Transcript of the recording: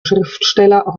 schriftsteller